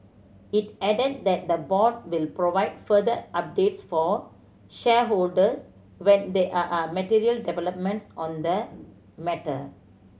it added that the board will provide further updates for shareholders when there are material developments on the matter